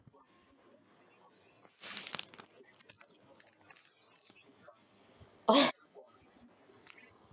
oh